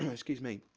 um excuse me.